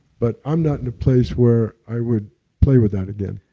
but i'm not in a place where i would play with that again.